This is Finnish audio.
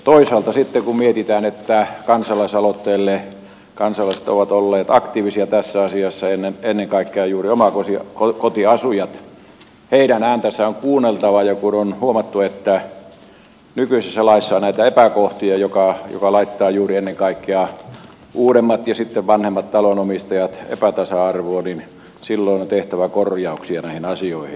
toisaalta sitten kun mietitään että kansalaisaloitteella kansalaiset ovat olleet aktiivisia tässä asiassa ennen kaikkea juuri omakotiasujat heidän ääntänsä on kuunneltava ja kun on huomattu että nykyisessä laissa on näitä epäkohtia jotka laittavat juuri ennen kaikkea uudemmat ja sitten vanhemmat talonomistajat epätasa arvoon niin silloin on tehtävä korjauksia näihin asioihin